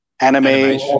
anime